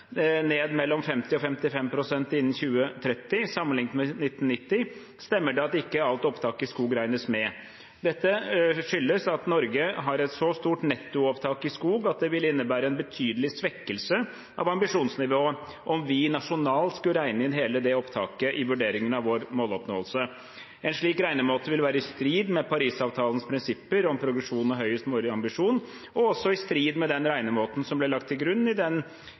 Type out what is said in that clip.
ned mellom 50 og 55 pst. innen 2030 sammenliknet med 1990, stemmer det at ikke alt opptaket i skog regnes med. Det skyldes at Norge har et så stort nettoopptak i skog at det vil innebære en betydelig svekkelse av ambisjonsnivået om vi nasjonalt skulle regne inn hele det opptaket i vurderingen av vår måloppnåelse. En slik regnemåte vil være i strid med Parisavtalens prinsipper om progresjon og høyest mulig ambisjon, og også i strid med den regnemåten som ble lagt til grunn i den